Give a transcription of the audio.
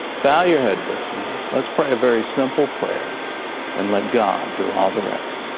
bow your head with me, let's pray a very simple prayer and let god do all the rest.